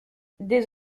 des